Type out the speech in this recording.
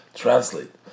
translate